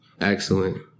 Excellent